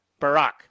Barack